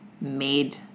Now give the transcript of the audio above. made